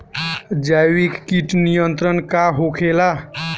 जैविक कीट नियंत्रण का होखेला?